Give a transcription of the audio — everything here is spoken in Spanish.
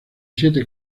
siete